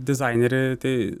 dizainerį tai